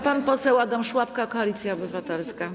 Pan poseł Adam Szłapka, Koalicja Obywatelska.